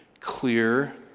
clear